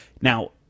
Now